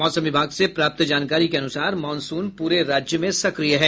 मौसम विभाग से प्राप्त जानकारी के अनुसार मॉनसून पूरे राज्य में संक्रिय है